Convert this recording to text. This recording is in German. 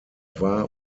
war